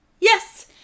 Yes